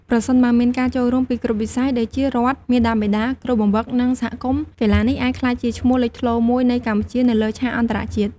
ប្រសិនបើមានការចូលរួមពីគ្រប់វិស័យ ដូចជារដ្ឋ មាតាបិតា គ្រូបង្វឹក និងសហគមន៍ កីឡានេះអាចក្លាយជាឈ្មោះលេចធ្លោមួយនៃកម្ពុជា នៅលើឆាកអន្តរជាតិ។